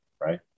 right